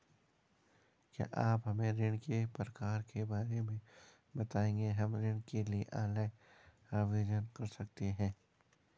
क्या आप हमें ऋणों के प्रकार के बारे में बताएँगे हम ऋण के लिए ऑनलाइन आवेदन कर सकते हैं?